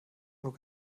nur